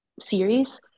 series